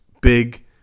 big